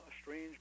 strange